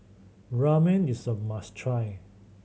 ramen is a must try